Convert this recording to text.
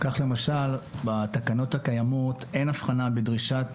כך למשל בתקנות הקיימות אין אבחנה בדרישת